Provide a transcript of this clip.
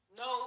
no